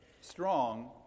strong